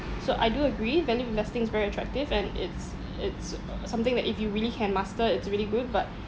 so I do agree value investing is very attractive and it's it's uh something that if you really can master it's really good but